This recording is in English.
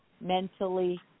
mentally